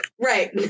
Right